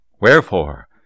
Wherefore